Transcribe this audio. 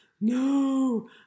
no